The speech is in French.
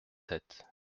sept